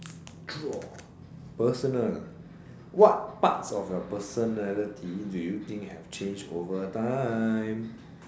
draw personal what parts of your personality do you think have changed over time